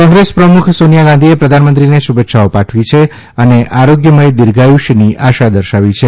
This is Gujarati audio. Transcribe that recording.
કોંગ્રેસ પ્રમુખ સોનિથા ગાંધીએ પ્રધાનમંત્રીને શુભેય્છાઓ પાઠવી છે અને આરોગ્યમથ દીર્ઘાયુષ્યની આશા દર્શાવી છે